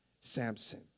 Samson